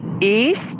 east